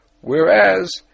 Whereas